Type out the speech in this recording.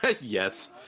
Yes